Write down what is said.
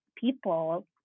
people